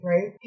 Right